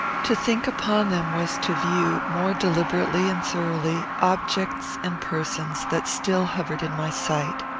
to think upon them was to view, more deliberately and thoroughly, objects and persons that still hovered in my sight.